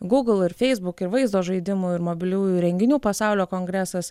google ir facebook ir vaizdo žaidimų ir mobiliųjų įrenginių pasaulio kongresas